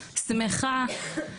שמחה,